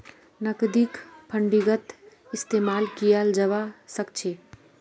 नकदीक फंडिंगत इस्तेमाल कियाल जवा सक छे